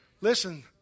Listen